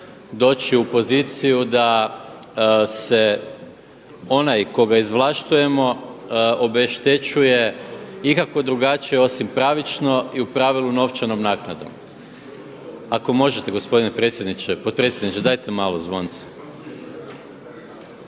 doći u poziciju da se onaj koga izvlašćujemo obeštećuje ikako drugačije osim pravično i u pravilu novčanom naknadom. Ako možete gospodine predsjedniče, potpredsjedniče dajte malo zvonce.